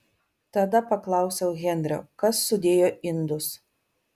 tada paklausiau henrio kas sudėjo indus